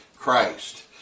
Christ